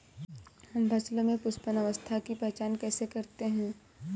हम फसलों में पुष्पन अवस्था की पहचान कैसे करते हैं?